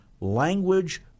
language